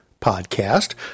podcast